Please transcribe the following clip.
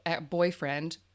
boyfriend